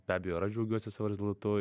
be abejo ir aš džiaugiuosi savo rezultatu